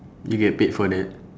you get paid for that